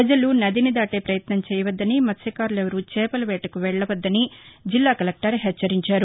ప్రజలు నదిని దాటే ప్రయత్నం చేయొద్దని మత్వ్యకారులెవరూ చేపల వేటకు వెళ్ళవద్దని హెచ్చరించారు